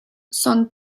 son